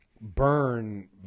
burn